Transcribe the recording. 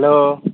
hello